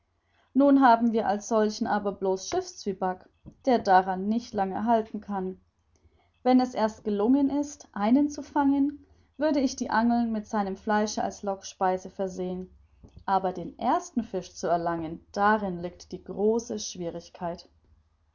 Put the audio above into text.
nun haben wir als solchen aber blos schiffszwieback der daran nicht lange halten kann wenn es erst gelungen ist einen zu fangen würde ich die angeln mit seinem fleische als lockspeise versehen aber den ersten fisch zu erlangen darin liegt die große schwierigkeit